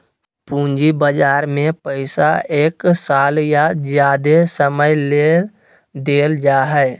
पूंजी बजार में पैसा एक साल या ज्यादे समय ले देल जाय हइ